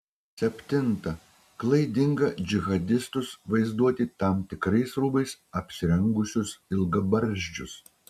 septinta klaidinga džihadistus vaizduoti tam tikrais rūbais apsirengusius ilgabarzdžius